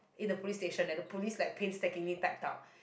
in a police station and the police like pains tackling type out